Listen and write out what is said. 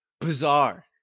Bizarre